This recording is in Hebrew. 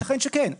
יתכן שכן,